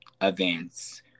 events